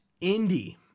Indie